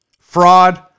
fraud